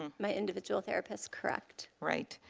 my individual therapist, correct. right.